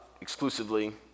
exclusively